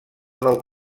del